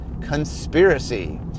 Conspiracy